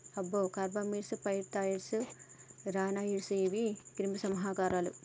అబ్బో carbamates, pyrethroids, ryanoids గీవి క్రిమి సంహారకాలు